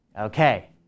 Okay